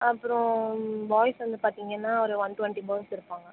அப்புறோம் பாய்ஸ் வந்து பார்த்தீங்கனா ஒரு ஒன் டுவென்ட்டி பாய்ஸ் இருப்பாங்கள்